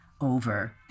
over